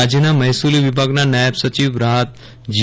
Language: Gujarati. રાજ્યના મહેસુલી વિભાગના નાયબ સચિવ રાહત જી